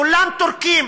כולם טורקים.